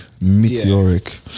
Meteoric